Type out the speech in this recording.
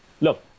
Look